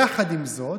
יחד עם זאת,